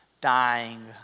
dying